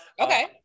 Okay